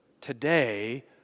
today